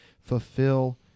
Fulfill